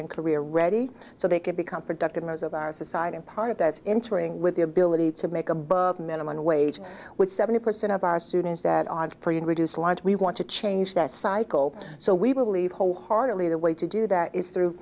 and career ready so they can become productive members of our society and part of that is ensuring with the ability to make above minimum wage with seventy percent of our students that aren't for you to reduce lines we want to change that cycle so we believe wholeheartedly the way to do that is through